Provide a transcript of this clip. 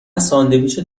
ساندویچ